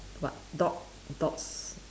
what dog dogs